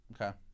Okay